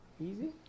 Easy